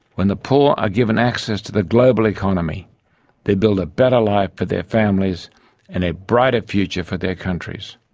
when the poor are given access to the global economy they build a better life for their families and a brighter future for their countries.